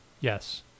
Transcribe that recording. yes